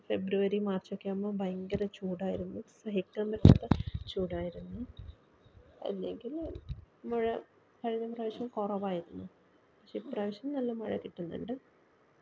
ഫെബ്രുവരി മാർച്ചൊക്കെ ആകുമ്പോൾ ഭയങ്കര ചൂടായിരുന്നു സഹിക്കാൻ പറ്റാത്ത ചൂടായിരുന്നു അല്ലെങ്കിൽ മഴ കഴിഞ്ഞ പ്രാവശ്യം കുറവായിരുന്നു പക്ഷെ ഇപ്രാവശ്യം നല്ല മഴ കിട്ടുന്നുണ്ട്